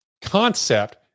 concept